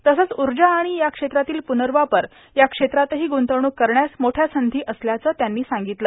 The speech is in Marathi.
तसंच ऊजा आर्माण या क्षेत्रातील पुनवापर या क्षेत्रातहां गुंतवणूक करण्यास मोठ्या संधी असल्याचं त्यांनी सांगगतलं